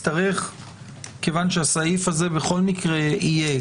כיוון שהסעיף הזה בכל מקרה יהיה,